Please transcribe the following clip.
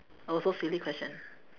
also silly question